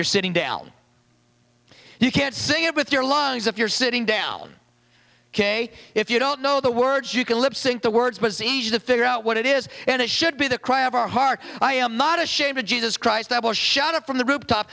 you're sitting down you can't see it with your lungs if you're sitting down ok if you don't know the words you can lip sync the words was easy to figure out what it is and it should be the cry of our heart i am not ashamed of jesus christ i was shouted from the rooftop